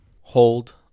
hold